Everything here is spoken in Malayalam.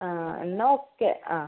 ആ എന്നാൽ ഓക്കെ ആ